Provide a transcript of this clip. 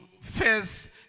face